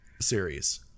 series